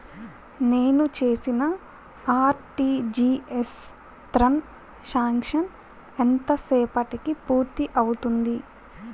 నేను చేసిన RTGS transaction ఎంత సేపటికి పూర్తి అవుతుంది?